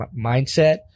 mindset